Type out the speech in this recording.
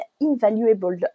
invaluable